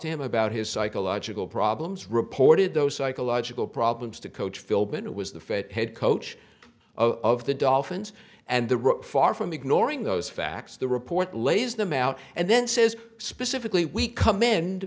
to him about his psychological problems reported those psychological problems to coach philbin it was the fifth head coach of the dolphins and the right far from ignoring those facts the report lays them out and then says specifically we come in